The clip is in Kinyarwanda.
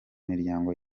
miryango